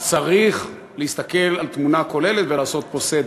אז צריך להסתכל על התמונה הכוללת ולעשות פה סדר.